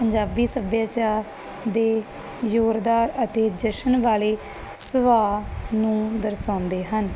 ਪੰਜਾਬੀ ਸੱਭਿਆਚਾਰ ਦੇ ਜ਼ੋਰਦਾਰ ਅਤੇ ਜਸ਼ਨ ਵਾਲੇ ਸੁਭਾਅ ਨੂੰ ਦਰਸਾਉਂਦੇ ਹਨ